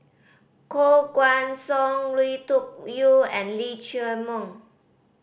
Koh Guan Song Lui Tuck Yew and Lee Chiaw Meng